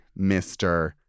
Mr